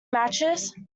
matches